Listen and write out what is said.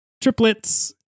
triplets